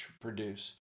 produce